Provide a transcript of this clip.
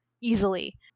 easily